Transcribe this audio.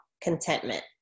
contentment